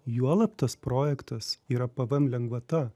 juolab tas projektas yra pvm lengvata